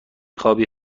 خوابی